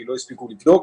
כי לא הספיקו לבדוק,